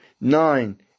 nine